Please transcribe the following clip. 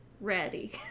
ready